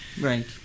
Right